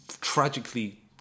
tragically